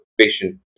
patient